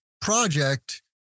project